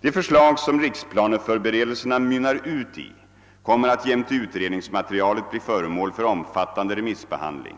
De förslag som riksplaneförberedelserna mynnar ut i kommer att jämte utredningsmaterialet bli föremål för omfattande remissbehandling.